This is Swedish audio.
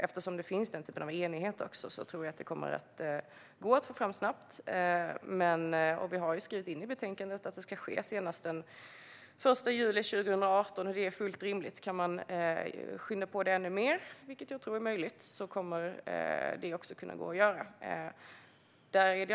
Eftersom det finns en enighet tror jag att arbetet kommer att gå snabbt, och vi har skrivit in i betänkandet att det ska ske senast den 1 juli 2018. Det är fullt rimligt. Om det går att skynda på arbetet ännu mer, vilket jag tror är möjligt, kommer det att göras.